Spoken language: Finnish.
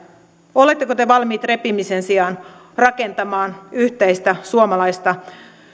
oletteko te valmiit repimisen sijaan rakentamaan yhteistä suomalaista